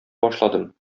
башладым